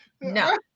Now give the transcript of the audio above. No